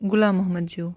Ghulam Mohammad جوٗ